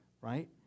right